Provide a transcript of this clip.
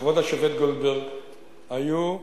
לכבוד השופט גולדברג היו,